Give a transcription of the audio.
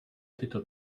tyto